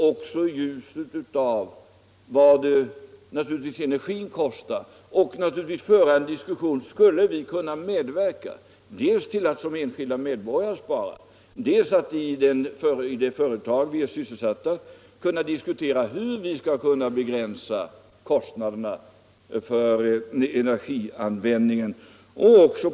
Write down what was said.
I ljuset av vad den energin kostar kan vi säkerligen föra en diskussion dels om hur vi skall kunna medverka till att stimulera medborgarnas enskilda sparande, dels om hur man skulle kunna begränsa kostnaderna för energianvändningen ute i företagen, där medborgarna är sysselsatta.